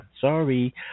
Sorry